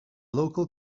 local